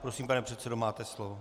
Prosím, pane předsedo, máte slovo.